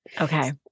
Okay